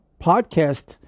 podcast